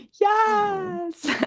Yes